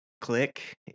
click